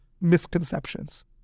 misconceptions